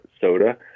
soda